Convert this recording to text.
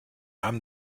haben